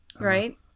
right